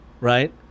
right